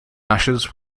ashes